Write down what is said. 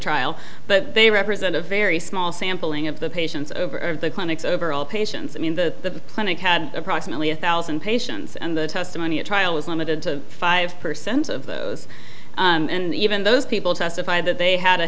trial but they represent a very small sample ing of the patients over the clinics over all patients i mean the clinic had approximately a thousand patients and the testimony at trial was limited to five percent of those and even those people testified that they had a